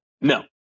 No